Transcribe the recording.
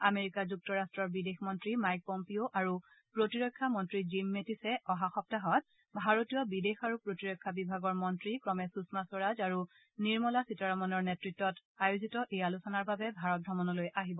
America যুক্তৰাট্টাৰ বিদেশ মন্ত্ৰী মাইক পম্পিঅ' আৰু প্ৰতিৰক্ষা মন্ত্ৰী জিম মেটিছে অহা সপ্তাহত ভাৰতীয় বিদেশ আৰু প্ৰতিৰক্ষা বিভাগৰ মন্ত্ৰী ক্ৰমে সুযমা স্বৰাজ আৰু নিৰ্মলা সীতাৰমনৰ নেত়ত্বত আয়োজিত এই আলোচনাৰ বাবে ভাৰত ভ্ৰমণলৈ আহিব